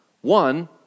One